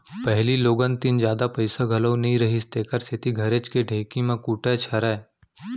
पहिली लोगन तीन जादा पइसा घलौ नइ रहिस तेकर सेती घरेच के ढेंकी म कूटय छरय